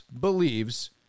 believes